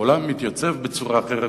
והעולם מתייצב בצורה אחרת,